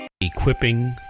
Equipping